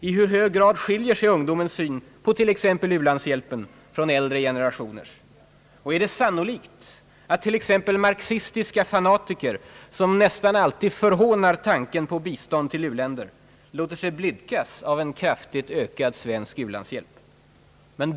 I hur hög grad skiljer sig ungdomens syn på till exempel u-landshjälpen från äldre generationers? Är det sannolikt att t.ex. marxistiska fanatiker, som förhånar tanken på bistånd till u-länder, låter sig blidka av en kraftigt ökad svensk u-landshjälp?